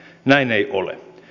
näin ei ole